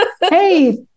Hey